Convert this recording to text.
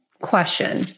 question